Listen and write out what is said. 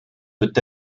peut